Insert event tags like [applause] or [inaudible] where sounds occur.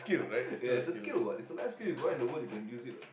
[laughs] ya it's a skill [what] it's a life skill you go out in the world you can use it [what]